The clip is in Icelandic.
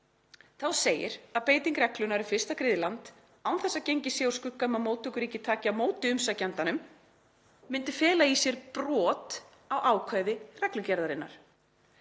Þá segir að beiting reglunnar um fyrsta griðland án þess að gengið sé úr skugga um að móttökuríkið taki á móti umsækjandanum myndi fela í sér brot á ákvæði reglugerðarinnar.